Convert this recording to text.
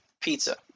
pizza